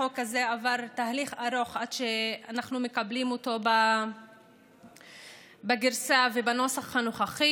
החוק הזה עבר תהליך ארוך עד שאנחנו מקבלים אותו בגרסה ובנוסח הנוכחי.